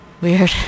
weird